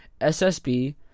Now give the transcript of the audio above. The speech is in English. SSB